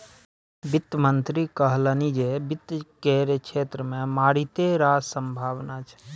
वित्त मंत्री कहलनि जे वित्त केर क्षेत्र मे मारिते रास संभाबना छै